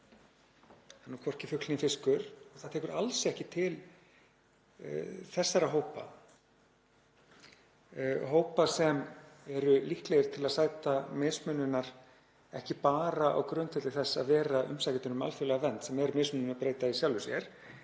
er hvorki fugl né fiskur og tekur alls ekki til þessara hópa, hópa sem eru líklegir til að sæta mismunun, ekki bara á grundvelli þess að vera umsækjendur um alþjóðlega vernd, sem er mismununarbreyta í sjálfu sér,